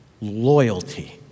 loyalty